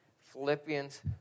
Philippians